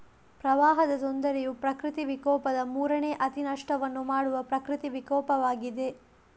ಪ್ರವಾಹದ ತೊಂದರೆಯು ಪ್ರಕೃತಿ ವಿಕೋಪದ ಮೂರನೇ ಅತಿ ನಷ್ಟವನ್ನು ಮಾಡುವ ಪ್ರಕೃತಿ ವಿಕೋಪವಾಗಿದೆ